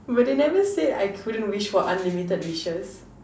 but they never say I couldn't wish for unlimited wishes